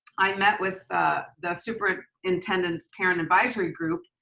i met with the superintendent parent advisory group,